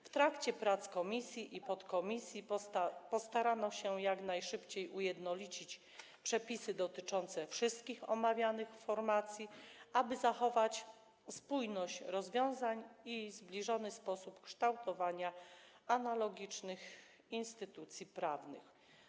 W trakcie prac komisji i podkomisji postarano się jak najszybciej ujednolicić przepisy dotyczące wszystkich omawianych formacji, aby zachować spójność rozwiązań i zbliżony sposób kształtowania analogicznych instytucji prawnych.